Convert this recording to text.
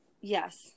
Yes